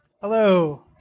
Hello